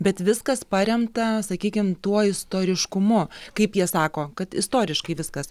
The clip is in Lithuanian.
bet viskas paremta sakykim tuo istoriškumu kaip jie sako kad istoriškai viskas